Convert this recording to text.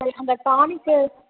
அந்த டானிக்கு